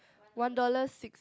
one dollar six